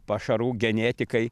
pašarų genetikai